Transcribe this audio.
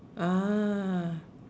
ah